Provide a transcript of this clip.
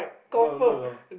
no no no